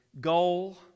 goal